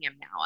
now